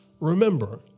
remember